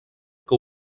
que